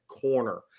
Corner